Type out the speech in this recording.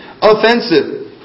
offensive